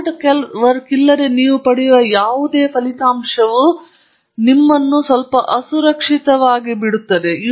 hard ಕೆಲಸವಿಲ್ಲದೆ ನೀವು ಪಡೆಯುವ ಯಾವುದಾದರೂ ಅಂಶವು ಯಾವಾಗಲೂ ನಿಮ್ಮನ್ನು ಸ್ವಲ್ಪ ಅಸುರಕ್ಷಿತವಾಗಿ ಬಿಡುತ್ತದೆ